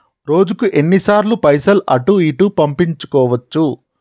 రోజుకు ఎన్ని సార్లు పైసలు అటూ ఇటూ పంపించుకోవచ్చు?